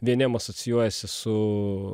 vieniem asocijuojasi su